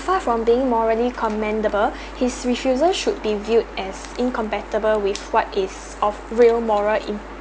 far from being morally commendable his refusal should be viewed as incompatible with what is of real moral in